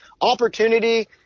opportunity